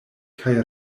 kaj